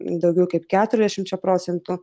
daugiau kaip keturiasdešimčia procentų